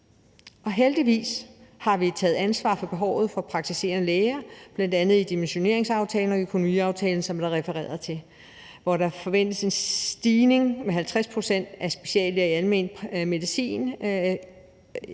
Heldigvis har vi taget ansvar for behovet for praktiserende læger, bl.a. i dimensioneringsaftalen og økonomiaftalen, som der er refereret til, hvor der forventes en stigning på 50 pct. i antallet af speciallæger i almen medicin